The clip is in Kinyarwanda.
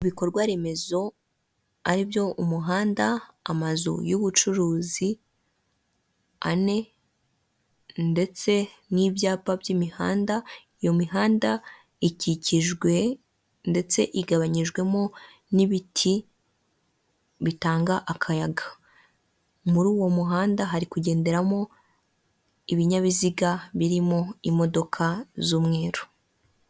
Ibikorwaremezo ari byo umuhanda, amazu y'ubucuruzi ane ndetse n'ibyapa by'imihanda iyo mihanda ikikijwe ndetse igabanyijwemo n'ibiti bitanga akayaga. Muri uwo muhanda hari kugenderamo ibinyabiziga birimo imodoka z'umweruru.